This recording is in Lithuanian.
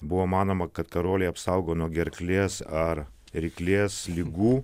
buvo manoma kad karoliai apsaugo nuo gerklės ar ryklės ligų